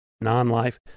non-life